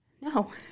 No